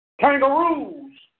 Kangaroos